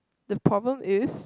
the problem is